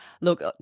Look